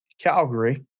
Calgary